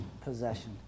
possession